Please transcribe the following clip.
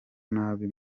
nabi